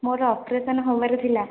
ମୋର ଅପରେସନ୍ ହବାର ଥିଲା